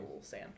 Sam